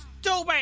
stupid